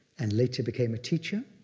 and later became a teacher,